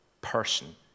person